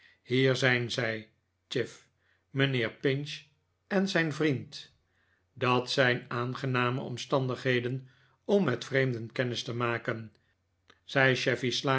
hier zijn zij chit mijnheer pinch en zijn vriend dat zijn aangename omstandigheden om met vreemden kennis te maken